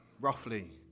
roughly